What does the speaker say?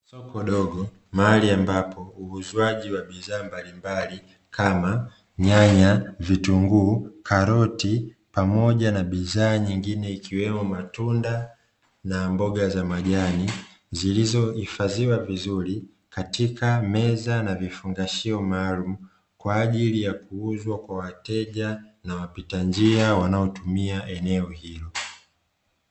Soko dogo mali ambapo uguzwaji wa bidhaa mbalimbali kama nyanya, vitunguu, karoti pamoja na bidhaa nyingine, ikiwemo matunda na mboga za majani zilizohifadhiwa vizuri katika meza na vifungashio maalumu kwa ajili ya kuuzwa kwa wateja, na wapita njia wanaotumia eneo hili.